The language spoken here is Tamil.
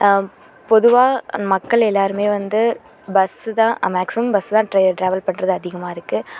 பொதுவாக மக்கள் எல்லோருமே வந்து பஸ்ஸு தான் மேக்ஸிமம் பஸ்ஸு தான் ட்ராவல் பண்ணுறது அதிகமாக இருக்குது